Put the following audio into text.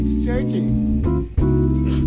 searching